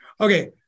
Okay